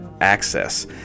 access